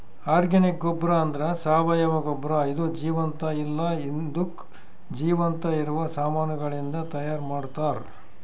organic ಗೊಬ್ಬರ ಅಂದ್ರ ಸಾವಯವ ಗೊಬ್ಬರ ಇದು ಜೀವಂತ ಇಲ್ಲ ಹಿಂದುಕ್ ಜೀವಂತ ಇರವ ಸಾಮಾನಗಳಿಂದ್ ತೈಯಾರ್ ಮಾಡ್ತರ್